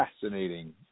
fascinating